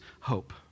hope